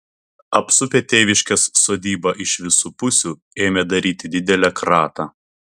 apsupę tėviškės sodybą iš visų pusių ėmė daryti didelę kratą